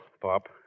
Pop